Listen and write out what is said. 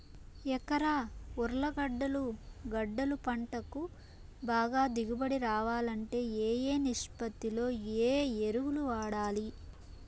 ఎకరా ఉర్లగడ్డలు గడ్డలు పంటకు బాగా దిగుబడి రావాలంటే ఏ ఏ నిష్పత్తిలో ఏ ఎరువులు వాడాలి?